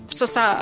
sasa